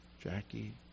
Jackie